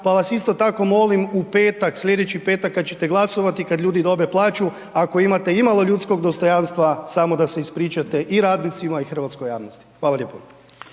pa vas isto tako molim, u petak, slijedeći petak kad ćete glasovati, kad ljude dobe plaću, ako imate imalo ljudskog dostojanstva, samo da se ispričate i radnicima i hrvatskoj javnosti. Hvala lijepo.